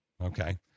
Okay